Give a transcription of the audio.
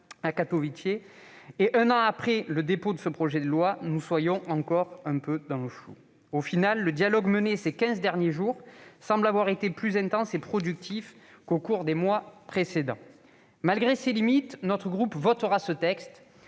à Katowice, et un an après le dépôt de ce projet de loi, nous soyons encore un peu dans le flou. Le dialogue mené ces quinze derniers jours semble avoir été plus intense et plus productif qu'au cours des douze mois précédents. Malgré ses limites, le groupe communiste